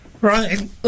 Right